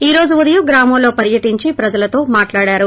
ఈ రోజు ఉదయం గ్రామంలో పర్యటించి ప్రజలతో మాట్లాడారు